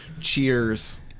Cheers